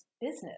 business